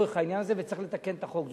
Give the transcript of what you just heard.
לצורך העניין הזה וצריך לתקן את החוק.